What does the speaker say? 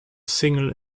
single